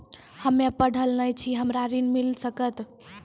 हम्मे पढ़ल न छी हमरा ऋण मिल सकत?